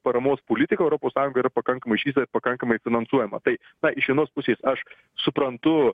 paramos politika europos sąjungoje pakankamai išvystyta ir yra pakankamai finansuojama tai na iš vienos pusės aš suprantu